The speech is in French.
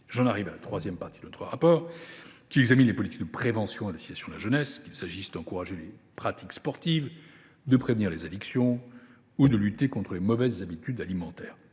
J’en arrive à la troisième partie du rapport, où sont examinées les politiques de prévention à destination de la jeunesse, qu’il s’agisse d’encourager les pratiques sportives, de prévenir les addictions ou de lutter contre les mauvaises habitudes alimentaires.